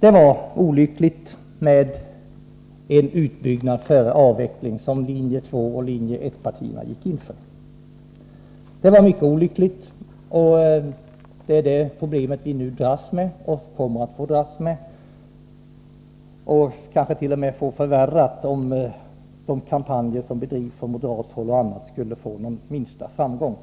Det var mycket olyckligt att man föredrog en utbyggnad framför en avveckling. Linje 1 och linje 2 gick ju in för det senare alternativet. Vi får nu dras med detta problem, och vi kommer att få dras med det även i fortsättningen. Det kanske t.o.m. blir ännu värre, om de kampanjer som drivs från bl.a. moderat håll skulle få minsta framgång.